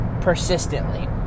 persistently